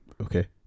Okay